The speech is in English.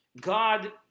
God